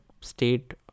state